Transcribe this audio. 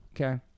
Okay